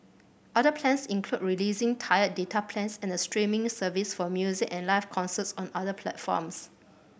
other plans include releasing tiered data plans and a streaming service for music and live concerts on other platforms